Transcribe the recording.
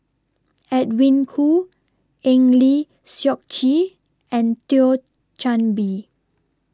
Edwin Koo Eng Lee Seok Chee and Thio Chan Bee